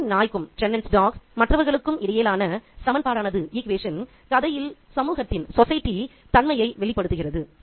சென்னனின் நாய்க்கும்Chennan's dog மற்றவர்களுக்கும் இடையிலான சமன்பாடானது கதையில் சமூகத்தின் தன்மையை வெளிப்படுத்துகிறது